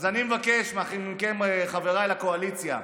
אז אני מבקש מכם, חבריי לקואליציה,